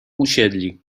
usiedli